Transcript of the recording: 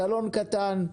סלון קטן.